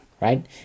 right